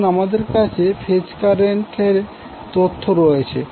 এখন আমাদের কাছে ফেজ কারেন্টের তথ্য রয়েছে